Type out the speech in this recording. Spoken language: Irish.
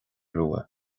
rua